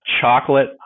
Chocolate